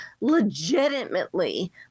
legitimately